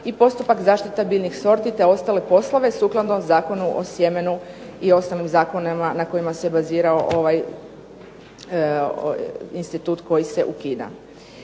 i postupak zaštita biljnih sorti te ostale poslove sukladno Zakonu o sjemenu i ostalim zakonima na kojima se bazirao ovaj institut koji se ukida.